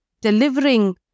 delivering